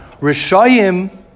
rishayim